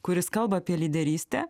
kuris kalba apie lyderystę